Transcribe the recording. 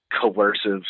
coercive